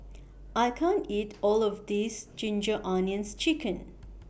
I can't eat All of This Ginger Onions Chicken